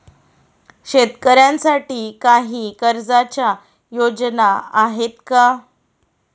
शेतकऱ्यांसाठी काही कर्जाच्या योजना आहेत का?